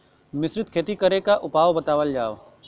मिश्रित खेती करे क उपाय बतावल जा?